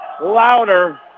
louder